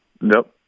Nope